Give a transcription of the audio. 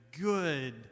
good